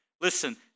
Listen